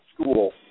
school